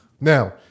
Now